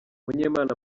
munyemana